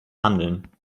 handeln